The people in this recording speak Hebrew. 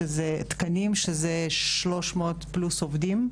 שזה 300 פלוס עובדים,